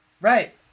Right